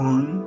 One